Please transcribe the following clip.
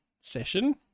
session